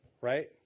right